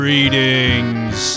Greetings